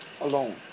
alone